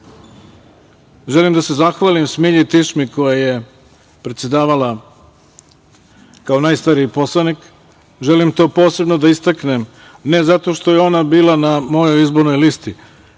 da se zahvalim Smilji Tišmi koja je predsedavala kao najstariji poslanik. Želim to posebno da istaknem, ne zato što je ona bila na mojoj izbornoj listi,